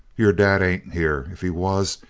your dad ain't here. if he was,